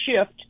shift